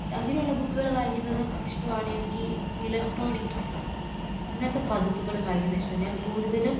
അങ്ങനെയുള്ള ബുക്കുകൾ വായിക്കുന്നതും ഇഷ്ടമാണെനിക്ക് ഇലക്ട്രോണിക്ക് അങ്ങനത്തെ പതിപ്പുകളും വായിക്കുന്നത് ഇഷ്ടമാണ് ഞാൻ കൂടുതലും